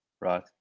right